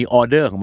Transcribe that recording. order